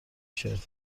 شرت